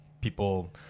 People